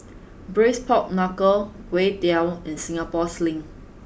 Braised Pork Knuckle and Singapore Sling